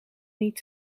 niet